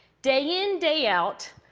day in, day out,